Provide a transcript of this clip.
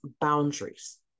boundaries